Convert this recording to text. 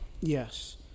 Yes